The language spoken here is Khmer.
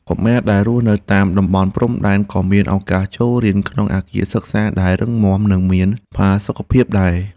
កុមារដែលរស់នៅតាមតំបន់ព្រំដែនក៏មានឱកាសចូលរៀនក្នុងអគារសិក្សាដែលរឹងមាំនិងមានផាសុកភាពដែរ។